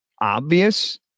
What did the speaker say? obvious